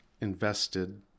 invested